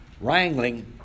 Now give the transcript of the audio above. wrangling